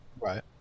Right